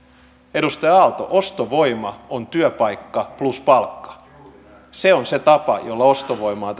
edustaja aalto ostovoima on työpaikka plus palkka se on se tapa jolla ostovoimaa